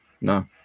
no